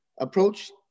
approach